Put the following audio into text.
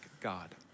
God